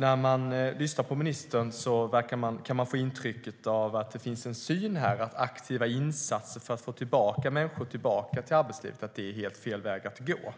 När man lyssnar på ministern kan man få intrycket att det finns en syn att aktiva insatser för att få tillbaka människor till arbetslivet är helt fel väg att gå.